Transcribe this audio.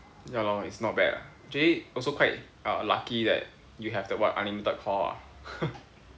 ya lor it's not bad actually also quite uh lucky that you have the what unlimited call